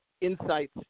insights